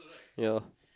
ya